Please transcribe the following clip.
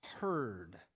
heard